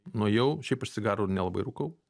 nuėjau šiaip aš cigarų nelabai rūkau